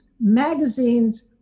magazines